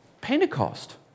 Pentecost